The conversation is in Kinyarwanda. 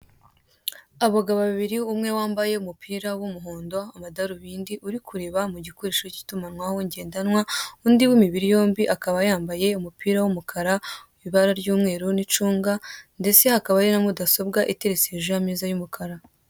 Abagabo babiri, umwe wambaye umupira wa umuhondo, amadarobindi, uri kureba mugikoresho cya itumanaho ngendanwa, undi wa imibiri yombi akaba yambaye umupira wa umukara, ibara rya umweru na icunga ndetse hakaba hari na mudasobwa iteretse hejuru ya ameza ya umukara.